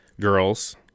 girls